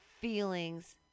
feelings